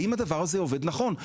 האם הדבר הזה עובד נכון.